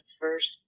first